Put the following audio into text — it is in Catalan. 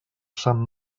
sant